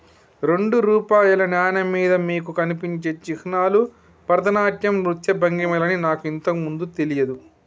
రెండు రూపాయల నాణెం మీద మీకు కనిపించే చిహ్నాలు భరతనాట్యం నృత్య భంగిమలని నాకు ఇంతకు ముందు తెలియదు